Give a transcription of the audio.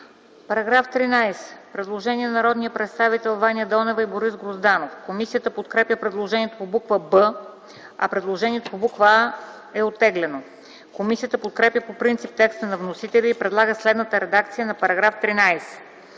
По § 13 има предложение на народните представители Ваня Донева и Борис Грозданов. Комисията подкрепя предложението по буква „б”, предложението по буква „а” е оттеглено. Комисията подкрепя по принцип текста на вносителя и предлага следната редакция на § 13: „§ 13.